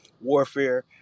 warfare